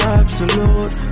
absolute